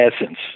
essence